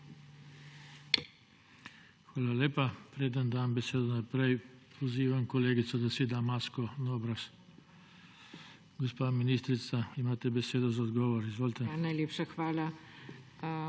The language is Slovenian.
Hvala lepa. Preden dam besedo naprej, pozivam kolegico, da si da masko na obraz. Gospa ministrica, imate besedo za odgovor. Izvolite. **MAG.